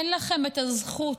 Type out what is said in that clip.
אין לכם את הזכות,